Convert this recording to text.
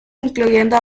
incluyendo